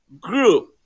group